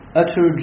utter